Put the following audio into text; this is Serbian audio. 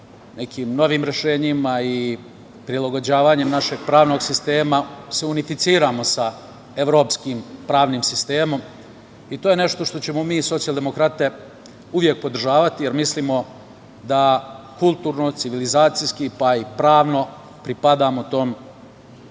nekim novim rešenjima i prilagođavanju našeg pravnog sistema, unificiramo sa evropskim pravnim sistemom i to je nešto što ćemo mi socijaldemokrate uvek podržavati, jer mislimo da kulturno, civilizacijski, pravno pripadamo tom